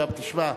תשמע,